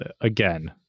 again